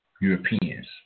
Europeans